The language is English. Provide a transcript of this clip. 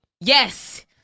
Yes